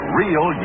real